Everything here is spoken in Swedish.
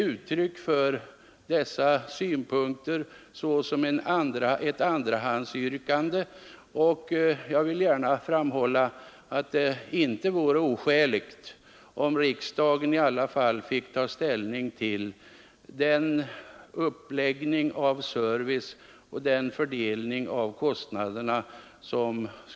Mina synpunkter utmynnar i ett andrahandsyrkande. Det är inte oskäligt att riksdagen får ta ställning på grundval av en utredning som syftar till att få till stånd en god uppläggning av servicen och en rimlig fördelning av kostnaderna.